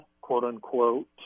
quote-unquote